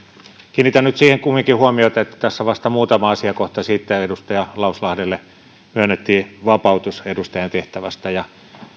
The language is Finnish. kiinnitän nyt kumminkin huomiota siihen että vasta muutama asiakohta sitten edustaja lauslahdelle myönnettiin vapautus edustajan tehtävästä ja